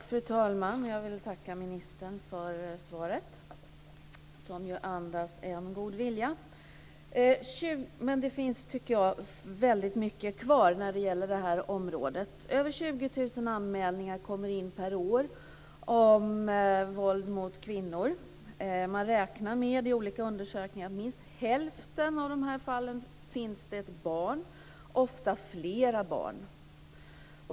Fru talman! Jag vill tacka ministern för svaret som ju andas en god vilja. Men det är, tycker jag, väldigt mycket som återstår på det här området. Över 20 000 anmälningar om våld mot kvinnor kommer in per år. I olika undersökningar räknar man med att det i minst hälften av dessa fall finns ett barn, ofta flera barn.